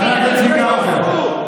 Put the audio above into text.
חבר הכנסת צביקה האוזר,